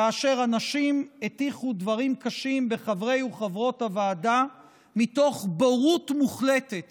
כאשר אנשים הטיחו דברים קשים בחברי וחברות הוועדה מתוך בורות מוחלטת